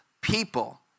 people